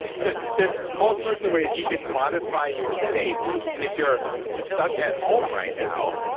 and so there's all sorts of ways you can modify your state and if you're stuck at home right now,